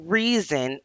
reason